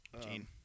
Gene